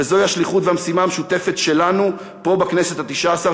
וזאת השליחות והמשימה המשותפת שלנו פה בכנסת התשע-עשרה,